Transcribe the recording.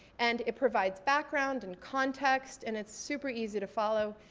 and it provides background, and context, and it's super easy to follow.